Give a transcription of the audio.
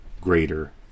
greater